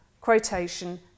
Quotation